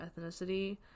ethnicity